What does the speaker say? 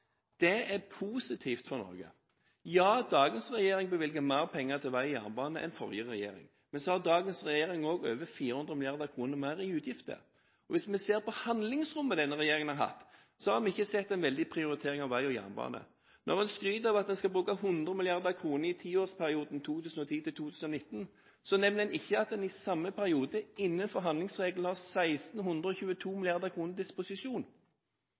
Det er positivt for Norge. Ja, dagens regjering bevilger mer penger til vei og jernbane enn forrige regjering, men så har dagens regjering også over 400 mrd. kr mer i utgifter. Hvis vi ser på handlingsrommet denne regjeringen har hatt, har vi ikke sett en veldig prioritering av vei og jernbane. Når en skryter av at en skal bruke 100 mrd. kr i tiårsperioden 2010–2019, nevner en ikke at en i samme periode, innenfor handlingsregelen, har 1 622 mrd. kr til disposisjon.